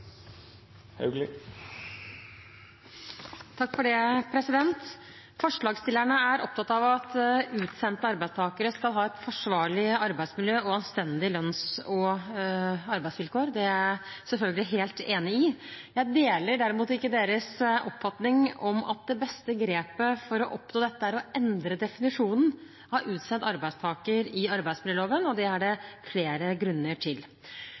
er opptatt av at utsendte arbeidstakere skal ha et forsvarlig arbeidsmiljø og anstendige lønns- og arbeidsvilkår. Det er jeg selvfølgelig enig i. Jeg deler derimot ikke deres oppfatning om at det beste grepet for å oppnå dette er å endre definisjonen av utsendt arbeidstaker i arbeidsmiljøloven. Det er flere grunner til det.